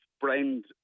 brand